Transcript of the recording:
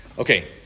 Okay